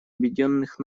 объединенных